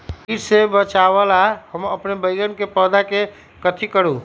किट से बचावला हम अपन बैंगन के पौधा के कथी करू?